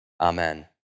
Amen